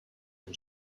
and